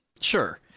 Sure